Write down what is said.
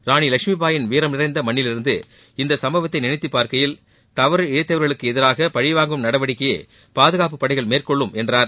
ராணி லஷ்மிபாயின் வீரம் நிறைந்த மண்ணிலிருந்து இந்த சம்பவத்தை நினைத்துப் பார்க்கையில் தவறு இழைத்தவர்களுக்கு எதிராக பழிவாங்கும் நடவடிக்கையை பாதுகாப்பு படைகள் மேற்கொள்ளும் என்றார்